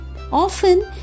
often